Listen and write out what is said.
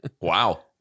Wow